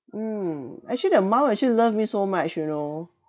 mm actually the mum actually love me so much you know